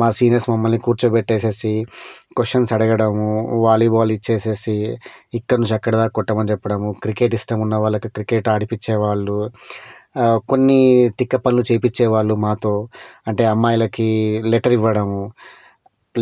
మా సీనియర్స్ మమ్మల్ని కూర్చో పెట్టేసేసి క్వశ్చన్స్ అడగడము వాలీబాల్ ఇచ్చేసేసి ఇక్కడి నుంచి అక్కడిదాకా కొట్టమని చెప్పడము క్రికెట్ ఇష్టం ఉన్న వాళ్ళకి క్రికెట్ ఆడిపించేవాళ్ళు కొన్ని తిక్క పనులు చేపించేవాళ్ళు మాతో అంటే అమ్మాయిలకి లెటర్ ఇవ్వడము